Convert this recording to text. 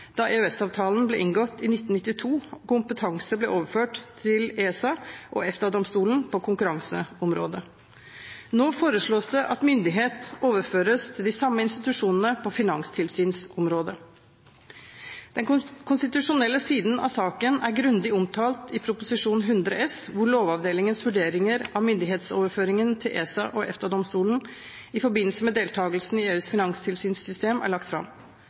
da EØS-avtalen ble inngått i 1992 og kompetanse ble overført til ESA og EFTA-domstolen på konkurranseområdet. Nå foreslås det at myndighet overføres til de samme institusjonene på finanstilsynsområdet. Den konstitusjonelle siden av saken er grundig omtalt i Prop. 100 S, hvor lovavdelingens vurderinger av myndighetsoverføringen til ESA og EFTA-domstolen i forbindelse med deltakelsen i EUs finanstilsynssystem er lagt fram.